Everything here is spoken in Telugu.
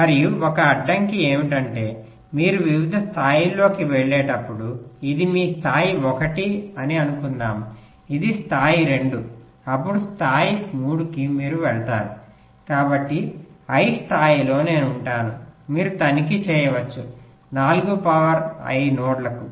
మరియు 1 అడ్డంకి ఏమిటంటే మీరు వివిధ స్థాయిలలోకి వెళ్లేటప్పుడు ఇది మీ స్థాయి 1 అని అనుకుందాం ఇది స్థాయి 2 అప్పుడు స్థాయి 3కి మీరు వెళ్తారు కాబట్టి i స్థాయిలో నేను ఉంటాను మీరు తనిఖీ చేయవచ్చు 4 పవర్ ఐ నోడ్లకు